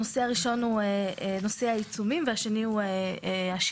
הנושא הראשון הוא העיצומים והשני הוא השילוט.